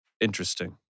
interesting